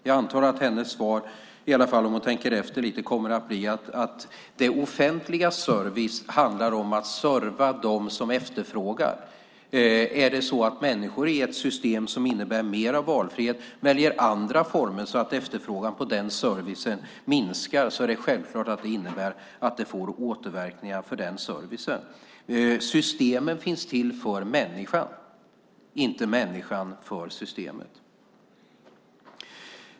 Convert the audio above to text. Jag antar att hennes svar, i alla fall om hon tänker efter lite, kommer att bli att det offentligas service handlar om att serva dem som efterfrågar den. Är det så att människor i ett system som innebär mer valfrihet väljer andra former så att efterfrågan på den servicen minskar, är det självklart att det innebär att det får återverkningar för den servicen. Systemet finns till för människan, inte människan för systemet.